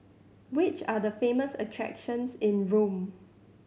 which are the famous attractions in Rome